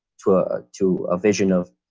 to a to a vision of,